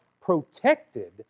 protected